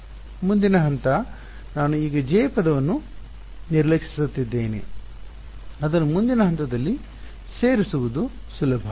εr 0 ಮುಂದಿನ ಹಂತ ನಾನು ಈಗ J ಪದವನ್ನು ನಿರ್ಲಕ್ಷಿಸುತ್ತಿದ್ದೇನೆ ಅದನ್ನು ಮುಂದಿನ ಹಂತದಲ್ಲಿ ಸೇರಿಸುವುದು ಸುಲಭ